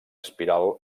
espiral